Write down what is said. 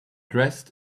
dressed